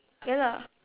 ya lah